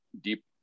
deep